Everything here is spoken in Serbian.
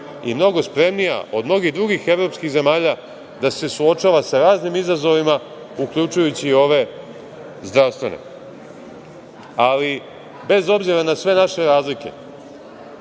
i mnogo spremnija od mnogih drugih evropskih zemalja da se suočava sa raznim izazovima, uključujući i ove zdravstvene. Bez obzira na sve naše razlike,